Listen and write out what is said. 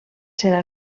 serà